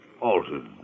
altered